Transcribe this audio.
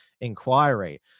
inquiry